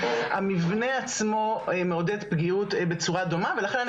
המבנה עצמו מעודד פגיעות בצורה דומה ולכן אני